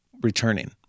returning